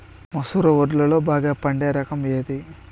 మసూర వడ్లులో బాగా పండే రకం ఏది?